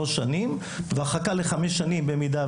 אנחנו נחשפים פעם אחר פעם באלימות,